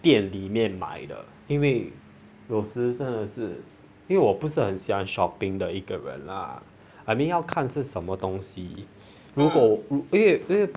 店里面买的因为有时真的是因为我不是很喜欢 shopping 的一个人人 ah I mean 要看是什么东西如果因为因为